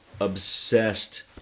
obsessed